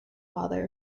father